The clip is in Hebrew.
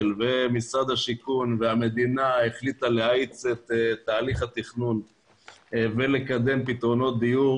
ומשרד השיכון והמדינה החליטה להאיץ את תהליך התכנון ולקדם פתרונות דיור